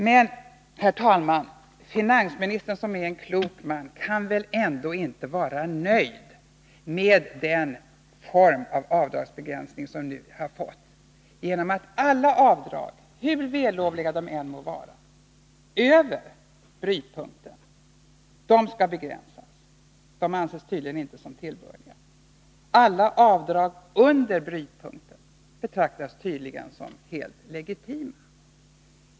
Men, herr talman, finansministern, som är en klok man, kan väl ändå inte vara nöjd med den form av avdragsbegränsning som vi nu har fått och som innebär att alla avdrag — hur vällovliga de än må vara — över brytpunkten skall begränsas; de anses tydligen inte som tillbörliga. Däremot skall alla avdrag under brytpunkten tydligen betraktas som helt legitima.